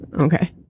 Okay